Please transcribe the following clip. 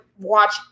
watch